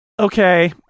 Okay